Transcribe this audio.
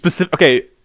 Okay